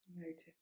Notice